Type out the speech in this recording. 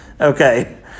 Okay